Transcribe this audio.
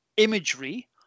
imagery